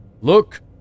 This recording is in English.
Look